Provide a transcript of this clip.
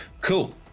Cool